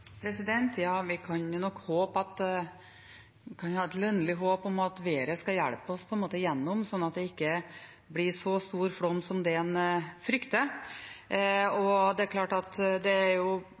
Ja, vi kan jo ha et lønnlig håp om at været skal hjelpe oss gjennom, slik at det ikke blir så stor flom som det en frykter. Det er positivt at det settes av midler. Samtidig bekrefter jo